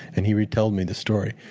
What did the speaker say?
and he retold me the story.